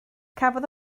cafodd